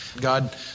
God